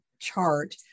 chart